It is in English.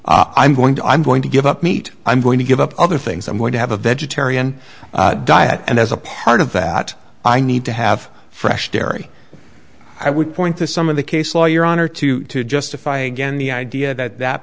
i'm going to i'm going to give up meat i'm going to give up other things i'm going to have a vegetarian diet and as a part of that i need to have fresh dairy i would point to some of the case law your honor to justify again the idea that that